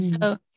So-